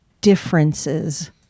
differences